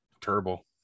Terrible